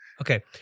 Okay